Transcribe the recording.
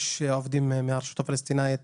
יש עובדים מהרשות הפלסטינאית,